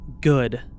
Good